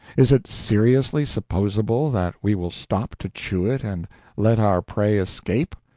is it seriously supposable that we will stop to chew it and let our prey escape?